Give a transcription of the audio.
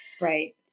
right